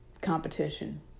competition